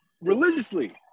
religiously